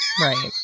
Right